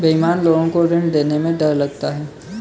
बेईमान लोग को ऋण देने में डर लगता है